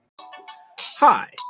Hi